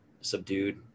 subdued